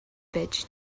байж